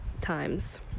times